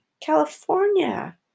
California